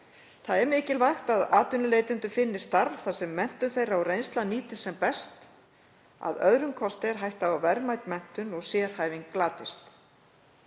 Mikilvægt er að atvinnuleitendur finni starf þar sem menntun þeirra og reynsla nýtist sem best. Að öðrum kosti er hætta á að verðmæt menntun og sérhæfing glatist.